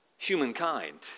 humankind